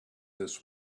this